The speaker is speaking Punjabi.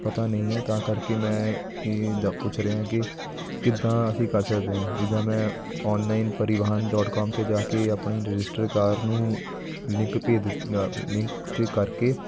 ਪਤਾ ਨਹੀਂ ਹੈ ਤਾਂ ਕਰਕੇ ਮੈਂ ਇਹ ਦਾ ਪੁੱਛ ਰਿਹਾਂ ਕਿ ਕਿੱਦਾਂ ਅਸੀਂ ਕਰ ਸਕਦੇ ਹਾਂ ਜਿੱਦਾਂ ਮੈਂ ਓਨਲਾਈਨ ਪਰਿਵਾਹਨ ਡੋਟ ਕੋਮ 'ਤੇ ਜਾ ਕੇ ਆਪਣੀ ਰਜਿਸਟਰ ਕਾਰ ਨੂੰ ਲਿੰਕ ਭੇਜ ਦਿੱਤੀਆਂ ਲਿੰਕ 'ਤੇ ਕਰਕੇ